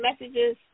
messages